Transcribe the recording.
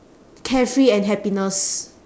carefree and happiness